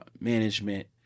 management